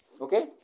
Okay